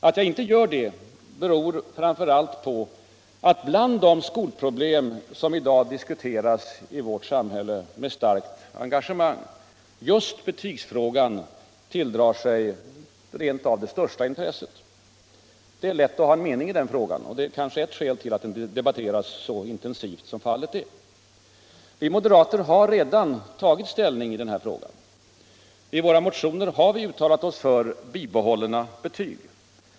Att jag inte gör det beror framför allt på att bland de skolproblem som i dag diskuteras i vårt samhälle med starkt engagemang just betygsfrågan tilldrar sig rent av det största intresset. Det är lätt att ha en mening i den frågan, och det är kanske ett skäl till att den debatteras så intensivt som fallet är. Vi moderater har redan tagit ställning. I våra motioner har vi uttalat oss för bibehållna betyg.